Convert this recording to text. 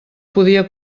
podia